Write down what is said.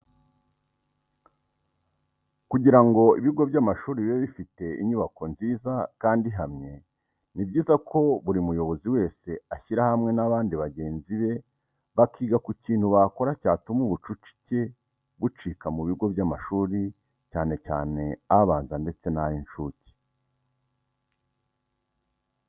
Kugira ngo ibigo by'amashuri bibe bifite inyubako nziza kandi ihamye ni byiza ko buri muyobozi wese ashyira hamwe n'abandi bagenzi be bakiga ku kintu bakora cyatuma ubucucike bucika mu bigo by'amashuri cyane cyane abanza ndetse n'ay'incuke.